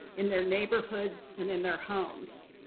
in their neighborhoods, and in their homes.